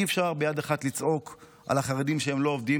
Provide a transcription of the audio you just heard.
אי-אפשר ביד אחת לצעוק על החרדים שהם לא עובדים